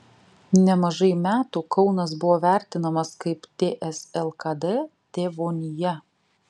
nemažai metų kaunas buvo vertinamas kaip ts lkd tėvonija